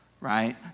right